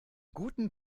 guten